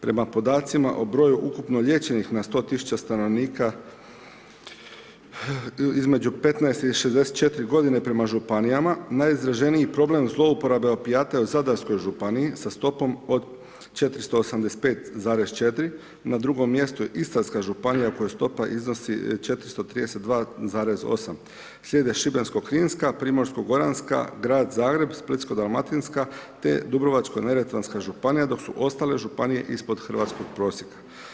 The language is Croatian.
Prema podacima o broju ukupno liječenih na 100 000 stanovnika između 15 i 64 g. prema županijama, najizraženiji problem zlouporabe opijata je u Zadarskoj županiji sa stopom od 485,4, na drugom mjestu je Istarska županija kojoj stopa iznosi 432,8%, slijede Šibensko-kninska, Primorsko-goranska, Grad Zagreb, Splitsko-dalmatinska te Dubrovačko-neretvanska županija dok su ostale županije ispod hrvatskog prosjeka.